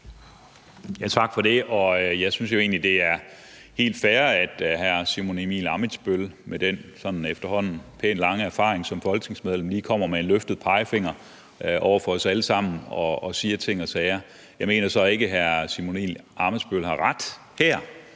Tak for det. Jeg synes jo egentlig, at det er helt fair, at hr. Simon Emil Ammitzbøll-Bille med den efterhånden sådan pænt lange erfaring som folketingsmedlem, han har, sådan lige kommer med en løftet pegefinger over for os alle sammen og siger ting og sager. Jeg mener så ikke, at hr. Simon Emil Ammitzbøll-Bille har ret her,